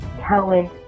talent